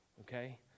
Okay